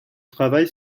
travail